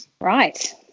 Right